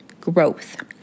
growth